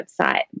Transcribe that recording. website